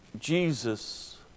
Jesus